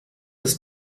des